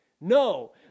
No